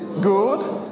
good